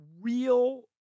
real